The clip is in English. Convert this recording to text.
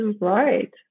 right